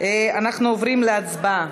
אנחנו עוברים להצבעה.